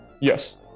yes